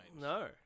No